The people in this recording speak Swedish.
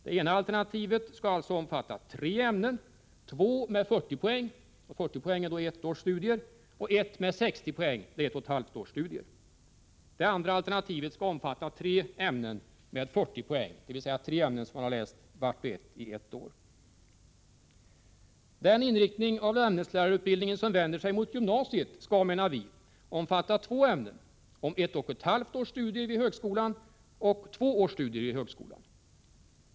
Det ena alternativet skall alltså omfatta tre ämnen — två med 40 poäng, alltså ett års studier, och ett med 60 poäng, alltså ett och ett halvt års studier. Det andra alternativet skall omfatta tre ämnen med 40 poäng — dvs. tre ämnen som man har läst vart och ett för sig under ett år. Den inriktning av ämneslärarutbildningen som gäller gymnasiet skall, menar vi, omfatta två ämnen, med ett och ett halvt års studier vid högskolan resp. två års studier vid högskolan.